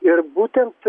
ir būtent